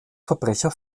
verbrecher